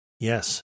Yes